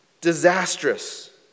disastrous